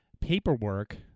paperwork